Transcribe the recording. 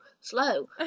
slow